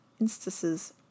instances